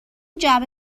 جعبه